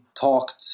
talked